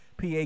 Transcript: PA